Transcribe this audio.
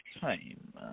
time